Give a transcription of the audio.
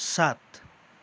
सात